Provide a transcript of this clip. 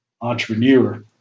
entrepreneur